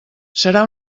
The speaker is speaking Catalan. serà